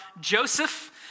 Joseph